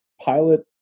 pilot